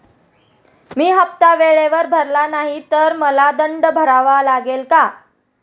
मी हफ्ता वेळेवर भरला नाही तर मला दंड भरावा लागेल का?